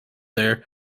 there